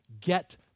get